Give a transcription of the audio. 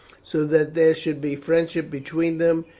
so that there should be friendship between them,